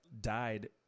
died